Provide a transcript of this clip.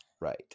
Right